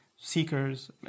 seekers